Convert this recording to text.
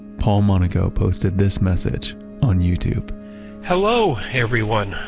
paul monaco posted this message on youtube hello everyone,